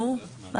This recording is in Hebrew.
נו?